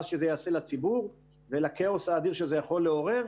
שזה יעשה לציבור ולכאוס האדיר שזה יכול לעורר,